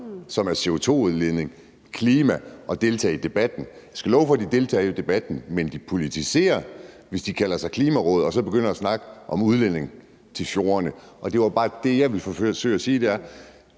som er CO2-udledning, klima og at deltage i debatten. Jeg skal love for, at de deltager i debatten, men de politiserer, hvis de kalder sig Klimaråd og så begynder at snakke om udledning til fjordene. Det, jeg bare forsøgte at sige, var,